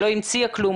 לא המציאה כלום,